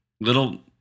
Little